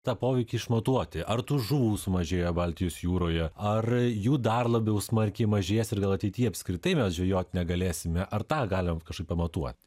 tą poveikį išmatuoti ar tų žuvų sumažėjo baltijos jūroje ar jų dar labiau smarkiai mažės ir gal ateity apskritai mes žvejot negalėsime ar tą galim kažkaip pamatuoti